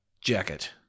jacket